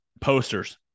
posters